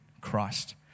Christ